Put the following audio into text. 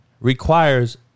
requires